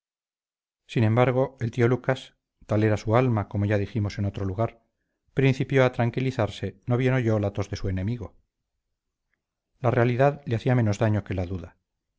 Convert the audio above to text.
sin embargo el tío lucas tal era su alma como ya dijimos en otro lugar principió a tranquilizarse no bien oyó la tos de su enemigo la realidad le hacía menos daño que la duda